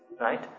Right